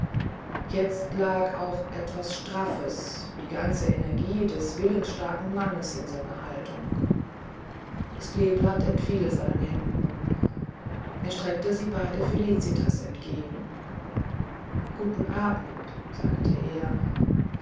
jetzt lag auch etwas straffes die ganze energie des willensstarken mannes in seiner haltung das kleeblatt entfiel seinen händen er streckte sie beide felicitas entgegen guten abend sagte er